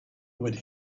would